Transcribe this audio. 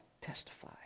Testify